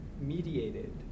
mediated